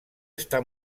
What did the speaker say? està